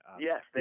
Yes